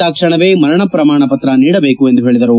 ತಕ್ಷಣವೇ ಮರಣ ಪ್ರಮಾಣಪತ್ರ ನೀಡಬೇಕು ಎಂದು ಹೇಳಿದರು